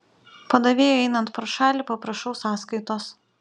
padavėjui einant pro šalį paprašau sąskaitos